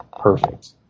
perfect